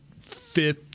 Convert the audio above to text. fifth